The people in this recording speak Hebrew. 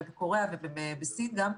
ובקוריאה ובסין גם,